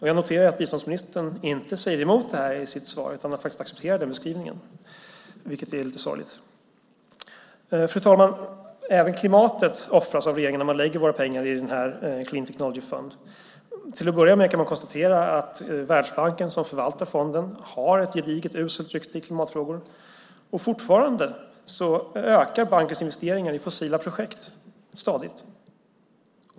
Jag noterar att biståndsministern inte säger emot det här i sitt svar utan faktiskt accepterar den beskrivningen, vilket är lite sorgligt. Fru talman! Även klimatet offras av regeringen när man lägger våra pengar i Clean Technology Fund. Till att börja med kan man konstatera att Världsbanken som förvaltar fonden har ett gediget uselt rykte i klimatfrågor, och fortfarande ökar bankens investeringar i fossila projekt stadigt.